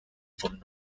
from